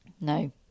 No